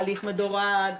הליך מדורג,